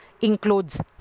includes